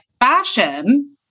fashion